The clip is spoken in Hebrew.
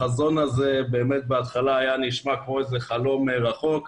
החזון הזה באמת בהתחלה נשמע כמו חלום רחוק,